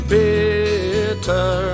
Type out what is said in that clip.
bitter